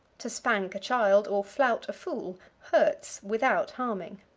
to spank a child, or flout a fool, hurts without harming.